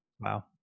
Wow